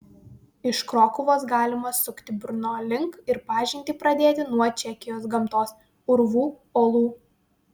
iš krokuvos galima sukti brno link ir pažintį pradėti nuo čekijos gamtos urvų olų